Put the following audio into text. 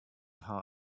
how